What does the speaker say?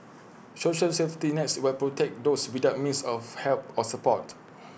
social safety nets will protect those without means of help or support